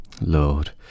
Lord